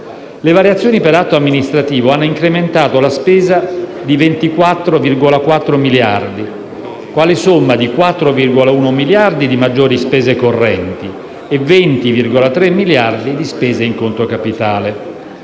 Le variazioni per atto amministrativo hanno incrementato la spesa di 24,4 miliardi quale somma di 4,1 miliardi di maggiori spese correnti e 20,3 miliardi di spese in conto capitale.